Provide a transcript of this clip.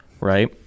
right